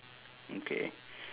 okay